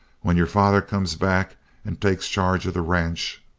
when your father comes back and takes charge of the ranch,